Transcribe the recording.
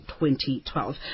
2012